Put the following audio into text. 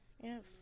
yes